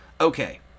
Okay